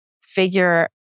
figure